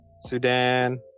Sudan